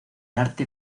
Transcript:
arte